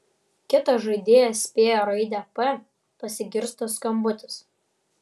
kitas žaidėjas spėja raidę p pasigirsta skambutis